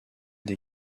des